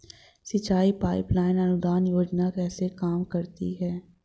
सिंचाई pipeline अनुदान योजना कैसे काम करती है?